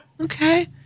Okay